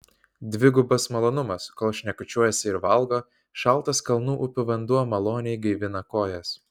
dvigubas malonumas kol šnekučiuojasi ir valgo šaltas kalnų upių vanduo maloniai gaivina kojas